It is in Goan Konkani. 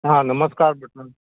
हां नमस्कार